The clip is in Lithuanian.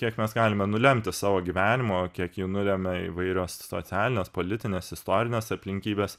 kiek mes galime nulemti savo gyvenimo kiek jo nulemia įvairios socialinės politinės istorinės aplinkybės